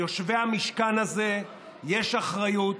ליושבי המשכן הזה יש אחריות